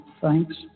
thanks